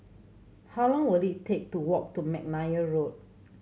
how long will it take to walk to McNair Road